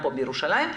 בירושלים,